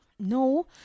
no